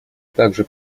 также